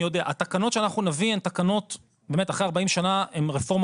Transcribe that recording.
התקנות שאנחנו נביא הן תקנות שאחרי 40 שנה מהוות רפורמה